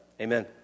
Amen